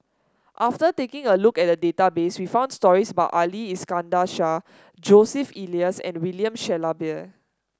after taking a look at the database we found stories about Ali Iskandar Shah Joseph Elias and William Shellabear